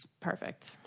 Perfect